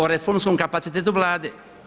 O reformskom kapacitetu Vlade.